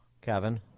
Kevin